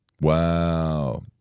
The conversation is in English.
wow